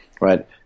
right